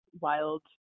wild